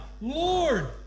Lord